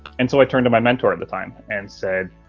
until i turned to my mentor at the time and said,